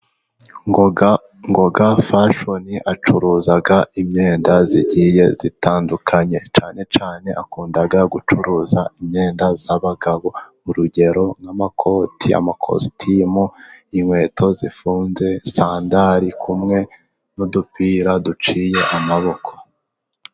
Ngoga fashoni acuruza imyenda igiye itandukanye cyane cyane akunda gucuruza imyenda y'abagabo urugero nk'amakoti , amakositimu, inkweto zifunze, sandari kumwe n'udupira duciye amaboko.